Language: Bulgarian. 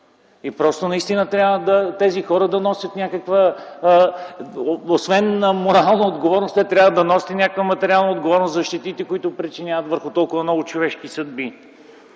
Просто наистина тези хора освен морална отговорност, те трябва да носят и някаква материална отговорност за щетите, които причиняват върху толкова много човешки съдби.